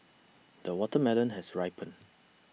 the watermelon has ripened